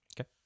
Okay